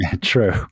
True